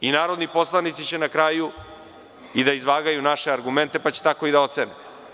Narodni poslanici će na kraju da izvagaju naše argumente pa će tako i da ocene.